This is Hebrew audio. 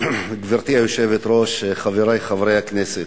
גברתי היושבת-ראש, חברי חברי הכנסת,